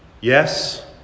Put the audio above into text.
yes